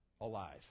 alive